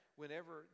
whenever